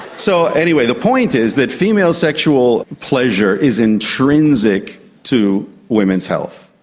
so anyway, the point is that female sexual pleasure is intrinsic to women's health,